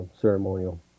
ceremonial